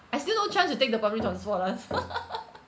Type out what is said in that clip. I still no chance to take the public transport lah